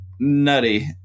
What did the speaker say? nutty